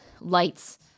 lights